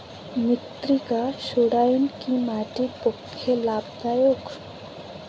মৃত্তিকা সৌরায়ন কি মাটির পক্ষে লাভদায়ক?